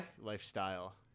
lifestyle